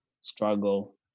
struggle